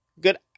good